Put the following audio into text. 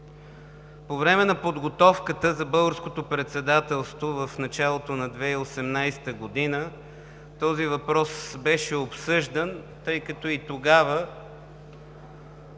По време на подготовката за Българското председателство в началото на 2018 г. този въпрос беше обсъждан, тъй като и тогава